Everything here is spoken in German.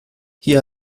hier